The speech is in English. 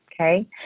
Okay